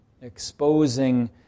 exposing